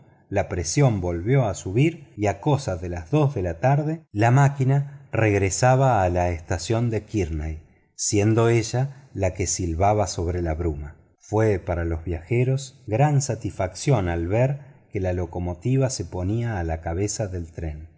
la presión volvió a subir y a cosa de las dos de la tarde la máquina regresaba a la estación de kearney siendo ella la que silbaba sobre la bruma fue para los viajeros gran satisfacción el ver que la locomotora se ponía a la cabeza del tren